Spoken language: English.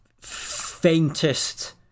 faintest